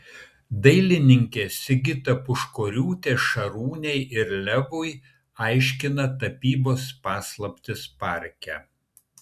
dailininkė sigita puškoriūtė šarūnei ir levui aiškina tapybos paslaptis parke